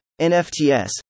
NFTs